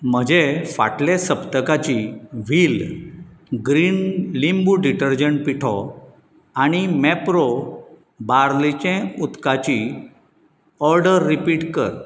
म्हजें फाटलें सप्तकाची व्हील ग्रीन लिंबू डिटर्जन्ट पिठो आनी मॅप्रो बार्लेचें उदकाची ऑर्डर रिपीट कर